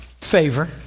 favor